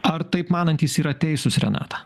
ar taip manantys yra teisūs renata